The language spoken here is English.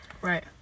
right